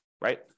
right